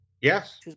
yes